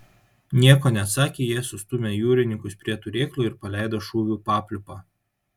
nieko neatsakę jie sustūmę jūrininkus prie turėklų ir paleido šūvių papliūpą